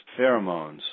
pheromones